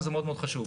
זה מאוד מאוד חשוב,